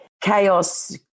chaos